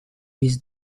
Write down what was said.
his